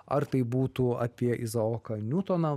ar tai būtų apie izaoką niutoną